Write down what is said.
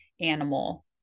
animal